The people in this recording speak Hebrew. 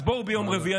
אז בואו ביום רביעי.